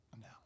No